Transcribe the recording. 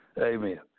Amen